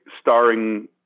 starring